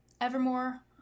Evermore